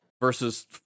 versus